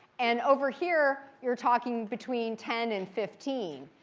and over here you're talking between ten and fifteen.